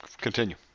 Continue